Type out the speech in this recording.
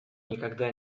никогда